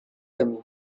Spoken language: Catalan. camí